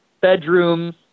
bedroom